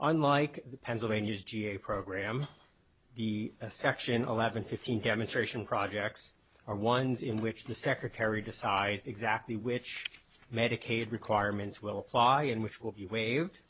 unlike the pennsylvania's ga program the section all have been fifteen demonstration projects are ones in which the secretary decide exactly which medicaid requirements will apply and which will be waived